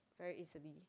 very easily